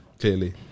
Clearly